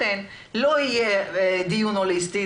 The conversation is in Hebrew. לכן לא יהיה דיון הוליסטי,